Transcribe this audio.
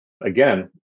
again